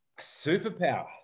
superpower